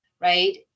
right